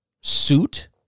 suit